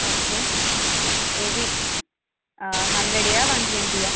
okay ఏవి హండ్రెడ్వా one ట్వంటీవా